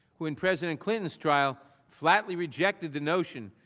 when president clinton's trial flatly rejected the notion,